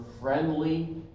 friendly